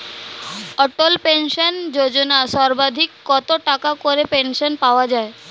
অটল pension Yojana সর্বাধিক কত টাকা করে পেনশন পাওয়া যায়?